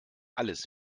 alles